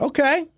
Okay